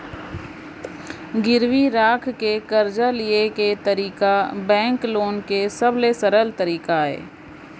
गिरवी राख के करजा लिये के तरीका बेंक लोन के सबले सरल तरीका अय